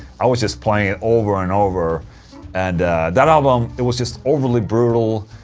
i was just playing it over and over and that album, it was just overly brutal